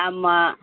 ஆமாம்